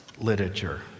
literature